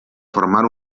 formar